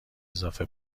اضافه